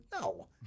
no